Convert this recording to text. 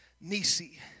Nisi